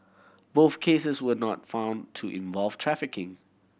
both cases were not found to involve trafficking